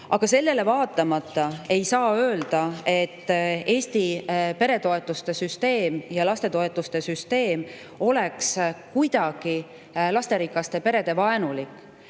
Sellele vaatamata ei saa öelda, et Eesti pere- ja lastetoetuste süsteem oleks kuidagi lasterikaste perede vaenulik,